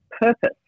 purpose